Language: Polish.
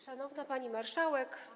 Szanowna Pani Marszałek!